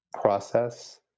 process